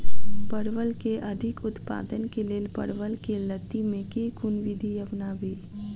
परवल केँ अधिक उत्पादन केँ लेल परवल केँ लती मे केँ कुन विधि अपनाबी?